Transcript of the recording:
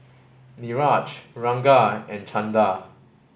Niraj Ranga and Chanda